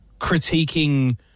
critiquing